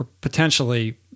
potentially